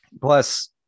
Plus